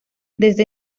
desde